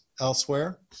elsewhere